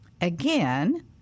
again